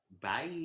Bye